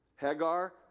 Hagar